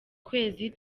kwezi